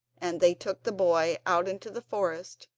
and they took the boy out into the forest.